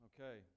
Okay